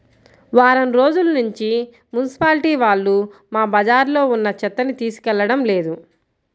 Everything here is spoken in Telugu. వారం రోజుల్నుంచి మున్సిపాలిటీ వాళ్ళు మా బజార్లో ఉన్న చెత్తని తీసుకెళ్లడం లేదు